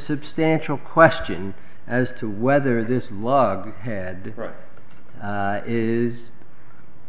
substantial question as to whether this lug had right is